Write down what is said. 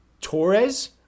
Torres